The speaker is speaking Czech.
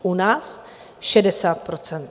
U nás 60 %.